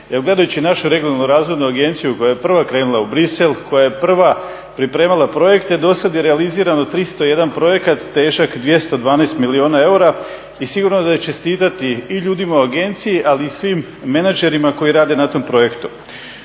gledajući našu Regionalnu razvojnu agenciju koja je prva krenula u Bruxelles, koja je prva pripremala projekte dosad je realizirano 301 projekt težak 212 milijuna eura. I sigurno da je za čestitati i ljudima u agenciji ali i svim menadžerima koji rade na tom projektu.